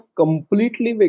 completely